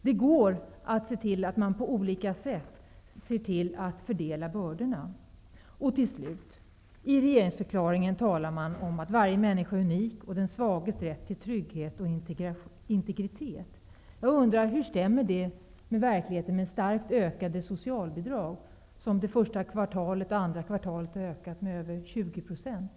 Det går att se till att man på olika sätt fördelar bördorna. Man talar i regeringsförklaringen om att varje människa är unik och om den svages rätt till trygghet och integritet. Jag undrar hur det stämmer med verkligheten, med starkt ökade socialbidrag. Första och andra kvartalet har de ökat med över 20 %.